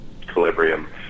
Calibrium